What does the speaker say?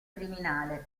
criminale